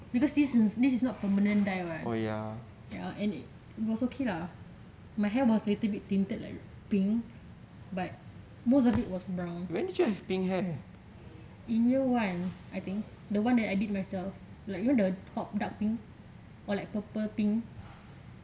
because this is this is not permanent dye [what] ya ya and it was okay lah my hair was little bit tinted like pink but most of it was brown in year one I think the one that I did myself like you know the top dark thing or like purple pink